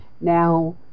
Now